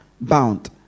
bound